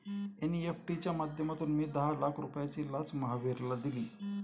NEFT च्या माध्यमातून मी दहा लाख रुपयांची लाच महावीरला दिली